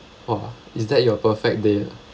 !wah! is that your perfect day ah